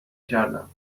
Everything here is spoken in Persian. کردم